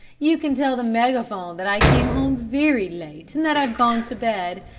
you can tell the megaphone that i came home very late and that i've gone to bed,